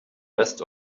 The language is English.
rest